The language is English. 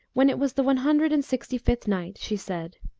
when it was the one hundred and sixty-fifth night, she said,